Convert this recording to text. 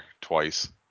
twice